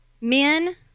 Men